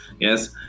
yes